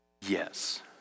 Yes